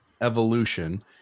evolution